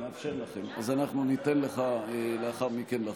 נאפשר לכם, אז אנחנו ניתן לך לאחר מכן לחזור.